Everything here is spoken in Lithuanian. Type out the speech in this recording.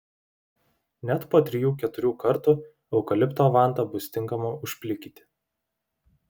net po trijų keturių kartų eukalipto vanta bus tinkama užplikyti